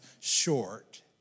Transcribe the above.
short